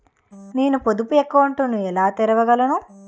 నేను పొదుపు అకౌంట్ను ఎలా తెరవగలను?